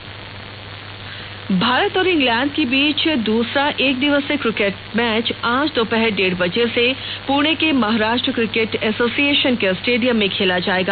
Bharat England cricket Bharat और England के बीच दसरा एक दिवसीय क्रिकेट मैच आज दोपहर डेढ बजे से पृणे के महाराष्ट्र क्रिकेट एसोसिएशन के स्टेडियम में खेला जाएगा